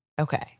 okay